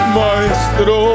maestro